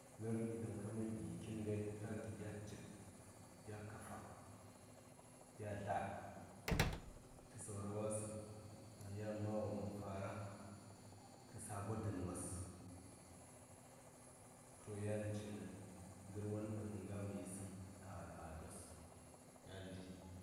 wo lər ɗi ɗaŋ kaman gi kin ngai tə ɗatə gya cit gya kafa gya dlad tə saura wasəŋ ɗaŋ ya ma wo man fara a sabo dən wos to yan ci nə ngər won ɗaŋ mə nga mə yisəŋ a al, ados yan di.